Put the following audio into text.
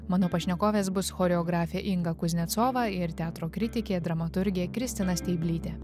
mano pašnekovės bus choreografė inga kuznecova ir teatro kritikė dramaturgė kristina steiblytė